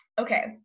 Okay